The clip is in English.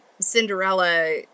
Cinderella